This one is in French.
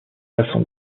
façon